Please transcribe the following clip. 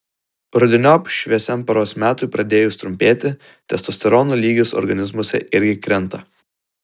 rudeniop šviesiam paros metui pradėjus trumpėti testosterono lygis organizmuose irgi krenta